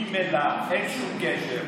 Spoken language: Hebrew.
ממילא אין שום קשר.